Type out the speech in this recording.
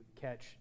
catch